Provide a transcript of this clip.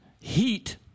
Heat